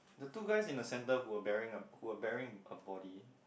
the two guys in the center who are burying a who are burying a body